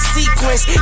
sequence